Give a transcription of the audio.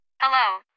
Hello